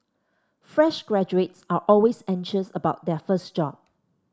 fresh graduates are always anxious about their first job